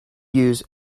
use